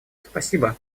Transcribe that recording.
спасибо